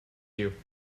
you